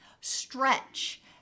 stretch